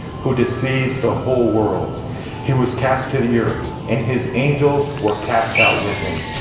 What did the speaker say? who deceives the whole world he was cast to the earth, and his angels were cast out with him.